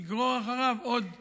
יגרור אחריו עוד אנשים.